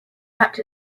wrapped